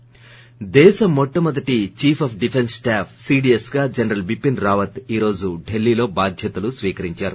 ి దేశ మొట్ట మొదటి chief of defence staff CDS గా జనరల్ బిపిన్ రావత్ ఈరోజు ఢిల్లీ లో బాధ్యతలు స్వీకరించారు